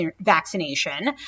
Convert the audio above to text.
vaccination